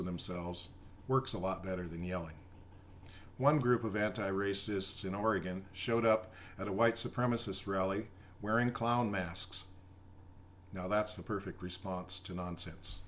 of themselves works a lot better than you know one group of anti racists in oregon showed up at a white supremacist rally wearing clown masks now that's the perfect response to nonsense